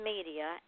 Media